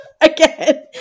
again